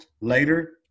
later